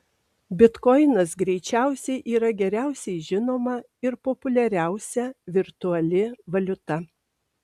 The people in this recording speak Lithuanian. bitkoinas greičiausiai yra geriausiai žinoma ir populiariausia virtuali valiuta